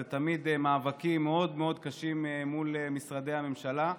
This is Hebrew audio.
זה תמיד מאבקים מאוד מאוד קשים מול משרדי הממשלה.